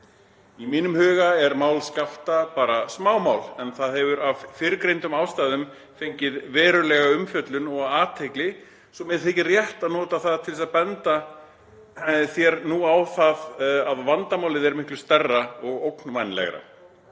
Í mínum huga er mál Skafta bara smámál, en það hefur af fyrrgreindum ástæðum fengið verulega umfjöllun og athygli svo mér þykir rétt að nota það til að benda þér nú á það að vandamálið er miklu stærra og ógnvænlegra.